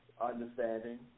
understanding